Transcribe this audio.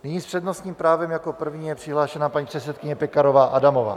Nyní s přednostním právem jako první je přihlášena paní předsedkyně Pekarová Adamová.